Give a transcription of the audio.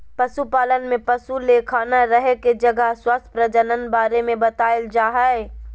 पशुपालन में पशु ले खाना रहे के जगह स्वास्थ्य प्रजनन बारे में बताल जाय हइ